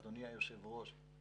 אדוני היושב-ראש.